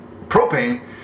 propane